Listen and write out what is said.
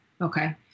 okay